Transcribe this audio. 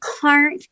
cart